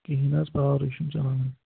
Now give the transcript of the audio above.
کِہیٖنٛۍ نہَ حظ پاورٕے چھُنہٕ چَلان